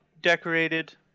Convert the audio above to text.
decorated